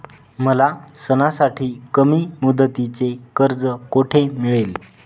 मला सणासाठी कमी मुदतीचे कर्ज कोठे मिळेल?